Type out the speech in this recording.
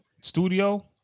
studio